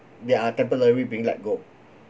they are temporary being let go